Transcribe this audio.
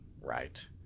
right